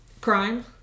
Crime